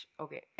okay